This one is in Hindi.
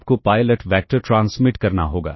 आपको पायलट वैक्टर ट्रांसमिट करना होगा